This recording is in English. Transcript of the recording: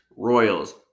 Royals